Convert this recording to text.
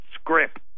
script